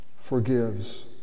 forgives